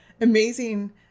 amazing